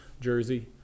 jersey